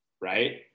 right